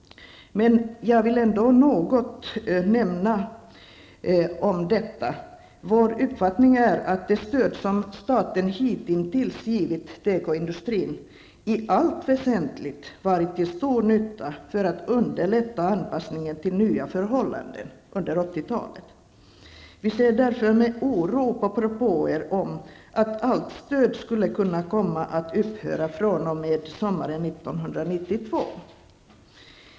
Men jag vill ändå säga att vår uppfattning är att det stöd som staten hitintills gett till tekoindustrin i allt väsentligt varit till stor nytta för att underlätta anpassningen till nya förhållanden under 80-talet. Vi ser därför med oro på propåer om att allt stöd skulle kunna komma att upphöra fr.o.m. sommaren 1992.